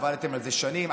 עבדתם על זה שנים.